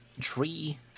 tree